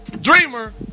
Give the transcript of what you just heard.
dreamer